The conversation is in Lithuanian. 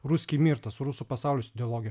ruskij myr tas rusų pasaulis ideologija